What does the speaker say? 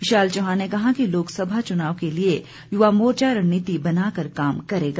विशाल चौहान ने कहा कि लोकसभा चुनाव के लिए युवा मोर्चा रणनीति बनाकर काम करेगा